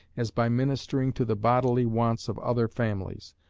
as by ministering to the bodily wants of other families,